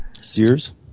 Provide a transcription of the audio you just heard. Sears